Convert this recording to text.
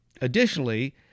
Additionally